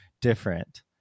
different